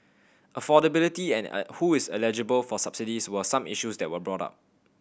affordability and who is eligible for subsidies were some issues that were brought up